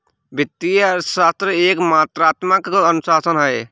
वित्तीय अर्थशास्त्र एक मात्रात्मक अनुशासन है